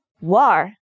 war